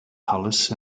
palace